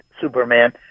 Superman